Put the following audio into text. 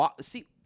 See